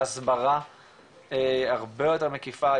ההסברה הרבה יותר מקיפה,